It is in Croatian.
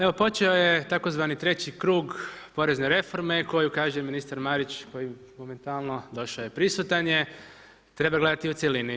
Evo počeo je tzv. treći krug porezne reforme koju kaže ministar Marić koji momentalno došao je, prisutan je, treba gledati u cjelini.